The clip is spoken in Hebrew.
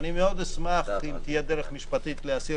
אני מאוד אשמח אם תהיה דרך משפטית להסיר